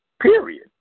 period